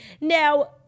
Now